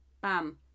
Bam